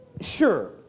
Sure